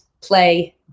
play